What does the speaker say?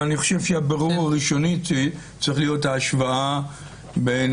אבל אני חושב שהבירור הראשוני צריך להיות ההשוואה בין